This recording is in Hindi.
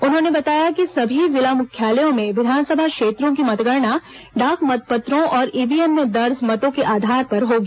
उन्होंने बताया कि सभी जिला मुख्यालयों में विधानसभा क्षेत्रों की मतगणना डाक मतपत्रों और ईव्हीएम में दर्ज मतों के आधार पर होगी